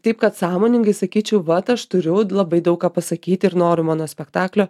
taip kad sąmoningai sakyčiau vat aš turiu labai daug ką pasakyti ir noriu monospektaklio